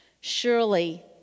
Surely